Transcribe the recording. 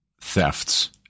thefts